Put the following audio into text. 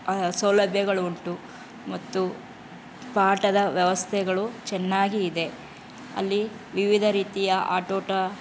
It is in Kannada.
ಆ ಸೌಲಭ್ಯಗಳುಂಟು ಮತ್ತು ಪಾಠದ ವ್ಯವಸ್ಥೆಗಳು ಚೆನ್ನಾಗಿ ಇದೆ ಅಲ್ಲಿ ವಿವಿಧ ರೀತಿಯ ಆಟೋಟ